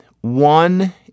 one